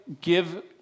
give